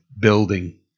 building